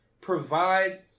provide